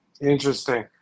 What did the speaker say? Interesting